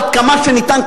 עד כמה שניתן,